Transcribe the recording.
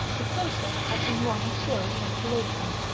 the process had been one of slow saturation,